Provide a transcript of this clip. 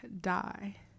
die